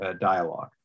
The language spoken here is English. dialogue